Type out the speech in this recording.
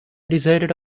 decided